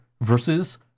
versus